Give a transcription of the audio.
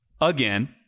Again